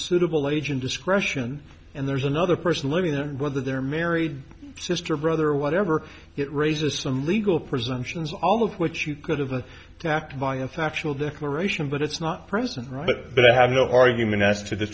suitable age and discretion and there's another person living and whether they're married sister or brother or whatever it raises some legal presumptions all of which you could have been attacked by a factual declaration but it's not present right but i have no argument as to the